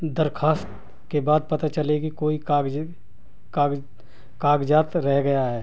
درخواست کے بعد پتہ چلے کہ کوئی کاغذ کاغذات رہ گیا ہے